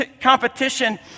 competition